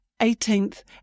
eighteenth